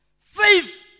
Faith